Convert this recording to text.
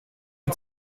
die